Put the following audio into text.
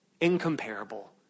incomparable